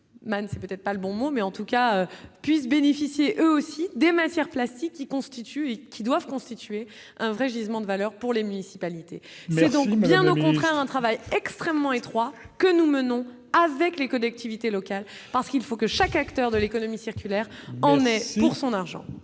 Man, c'est peut-être pas le bon mot mais en tout cas, puissent bénéficier, eux aussi, des matières plastiques qui constitue et qui doivent constituer un vrai gisement de valeurs pour les municipalités, mais donc, bien au contraire, un travail extrêmement étroits que nous menons avec les collectivités locales parce qu'il faut que chaque acteur de l'économie circulaire en ait pour son argent.